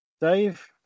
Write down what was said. Dave